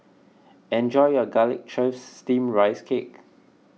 enjoy your Garlic Chives Steamed Rice Cake